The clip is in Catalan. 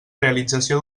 realització